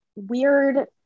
weird